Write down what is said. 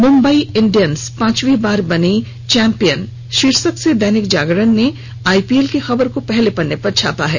Mumbai Indians पांचवीं बार बनी चैम्पियन शीर्षक से दैनिक जागरण ने आईपीएल की खबर को पहले पन्ने पर छापा है